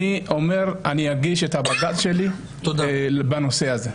אני אגיש את הבג"ץ שלי בנושא הזה.